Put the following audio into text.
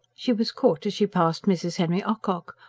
she was caught, as she passed mrs. henry ocock,